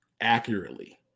accurately